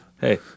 Hey